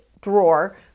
drawer